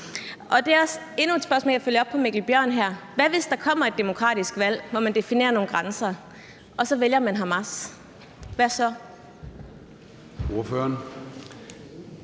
jeg gerne vil følge op på Mikkel Bjørns spørgsmål: Hvad hvis der kommer et demokratisk valg, hvor man definerer nogle grænser, og så vælger man Hamas? Hvad så?